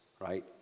right